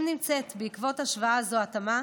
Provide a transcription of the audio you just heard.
אם נמצאת בעקבות השוואה זו התאמה,